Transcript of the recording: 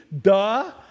Duh